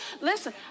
Listen